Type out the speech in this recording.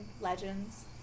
legends